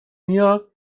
میاد